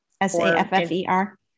S-A-F-F-E-R